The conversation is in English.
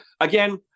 again